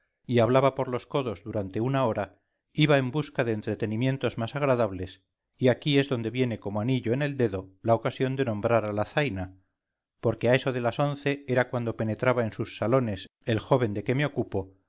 y hablaba por los codos durante una hora iba en busca de entretenimientos más agradables y aquí es donde viene como anillo en el dedo la ocasión de nombrar a la zaina porque a eso de las once era cuando penetraba en sus salones el joven de que me ocupo